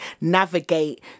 navigate